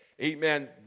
amen